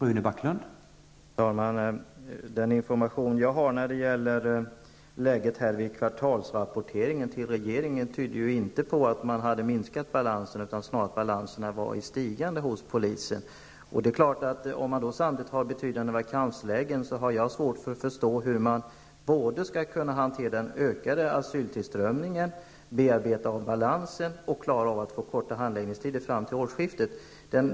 Herr talman! Den information som jag har när det gäller läget vid kvartalsrapporten till regeringen tyder inte på att man har minskat balanserna; snarare var balanserna i stigande hos polisen. Om man då samtidigt har flera vakanser, har jag svårt att förstå hur man skall kunna hantera den ökade asyltillströmningen, bearbeta balanserna och klara av att förkorta handläggningstiderna fram till årsskiftet.